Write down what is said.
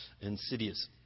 insidious